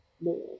more